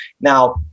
Now